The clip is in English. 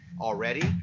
already